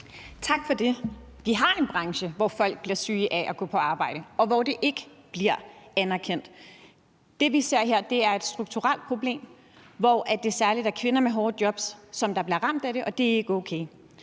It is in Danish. Tak for det. Vi har en branche, hvor folk bliver syge af at gå på arbejde, og hvor det ikke bliver anerkendt. Det, som vi ser her, er et strukturelt problem, hvor det særlig er kvinder med hårde jobs, der bliver ramt af det, og det er ikke okay.